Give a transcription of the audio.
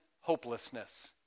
hopelessness